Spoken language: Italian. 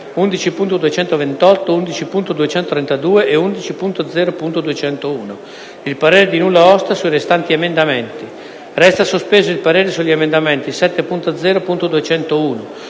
11.228, 11.232 e 11.0.201. Il parere e` di nulla osta sui restanti emendamenti. Resta sospeso il parere sugli emendamenti 7.0.201,